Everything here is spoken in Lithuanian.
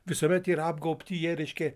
visuomet yra apgaubti jie reiškia